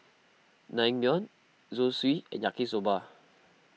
Naengmyeon Zosui and Yaki Soba